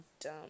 dumb